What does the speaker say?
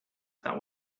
that